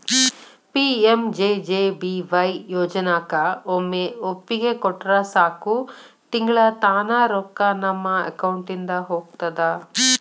PMJJBY ಯೋಜನಾಕ ಒಮ್ಮೆ ಒಪ್ಪಿಗೆ ಕೊಟ್ರ ಸಾಕು ತಿಂಗಳಾ ತಾನ ರೊಕ್ಕಾ ನಮ್ಮ ಅಕೌಂಟಿದ ಹೋಗ್ತದ